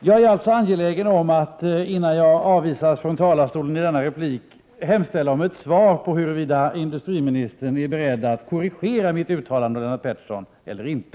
Jag är angelägen om att få ett svar på frågan huruvida industriministern är beredd att korrigera mitt uttalande vad gäller Lennart Petterssons uttalande eller inte.